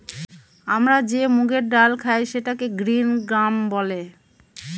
আমরা যে মুগের ডাল খায় সেটাকে গ্রিন গ্রাম বলে